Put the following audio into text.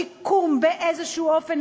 שיקום באיזשהו אופן,